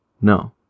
No